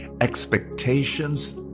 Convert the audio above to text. Expectations